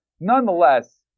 Nonetheless